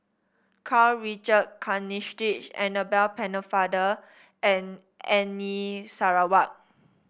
Karl Richard Hanitsch Annabel Pennefather and Sarawak